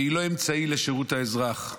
והיא לא אמצעי לשירות האזרח.